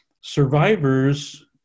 survivors